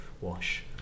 wash